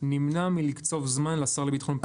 נמנע מלקצוב זמן לשר לביטחון פנים.